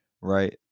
right